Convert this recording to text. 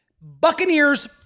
Buccaneers